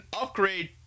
upgrade